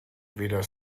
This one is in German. weder